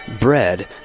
bread